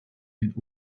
den